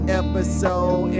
episode